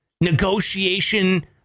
negotiation